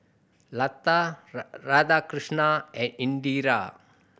lata Radhakrishnan and Indira